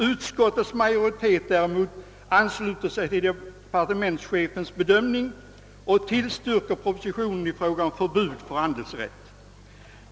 Utskottets majoritet däremot ansluter sig till departementschefens bedömning och tillstyrker propositionen i fråga om förbud mot andelsrätt.